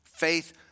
Faith